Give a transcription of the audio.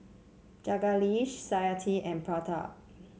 Jagadish Satyajit and Pratap